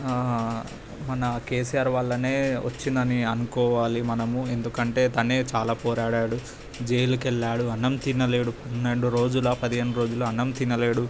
మన కేసీఆర్ వల్లనే వచ్చిందని అనుకోవాలి మనము ఎందుకంటే తనే చాలా పోరాడాడు జైలుకి వెళ్ళాడు అన్నం తినలేడు పన్నెండు రోజుల పదిహేను రోజులు అన్నం తినలేడు